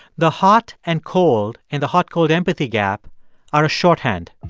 the hot and cold in the hot-cold empathy gap are a shorthand